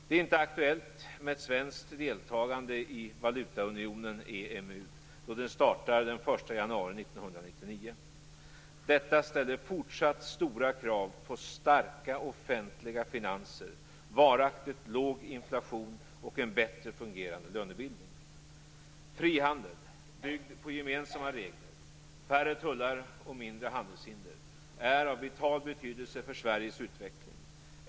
Det är inte aktuellt med ett svenskt deltagande i valutaunionen EMU då den startar den 1 januari 1999. Detta ställer fortsatt stora krav på starka offentliga finanser, varaktigt låg inflation och en bättre fungerande lönebildning. Frihandel - byggd på gemensamma regler, färre tullar och mindre handelshinder - är av vital betydelse för Sveriges utveckling.